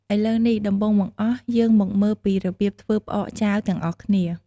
ឥឡូវនេះ ដំបូងបង្អស់ យើងមកមើលពីរបៀបធ្វើផ្អកចាវទាំងអស់គ្នា។